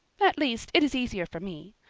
at least, it is easier for me.